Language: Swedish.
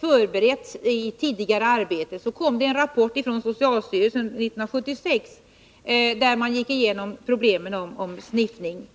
förberetts i tidigare arbete. År 1976 kom det en rapport från socialstyrelsen där man gick igenom problemen med sniffning.